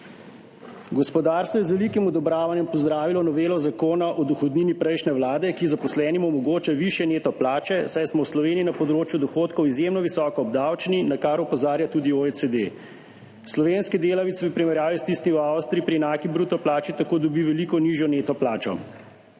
Gospodarstvo je z velikim odobravanjem pozdravilo novelo zakona o dohodnini prejšnje vlade, ki zaposlenim omogoča višje neto plače, saj smo v Sloveniji na področju dohodkov izjemno visoko obdavčeni, na kar opozarja tudi OECD. Slovenski delavec v primerjavi s tistim v Avstriji pri enaki bruto plači tako dobi veliko nižjo neto plačo,